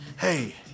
Hey